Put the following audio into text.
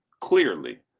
clearly